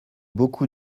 beaucoup